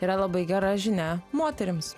yra labai gera žinia moterims